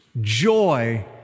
Joy